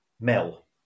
mel